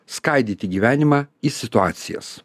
skaidyti gyvenimą į situacijas